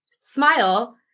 smile